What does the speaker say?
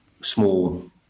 small